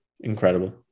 incredible